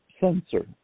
sensor